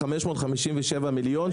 557 מיליון,